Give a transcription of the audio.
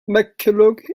mccullough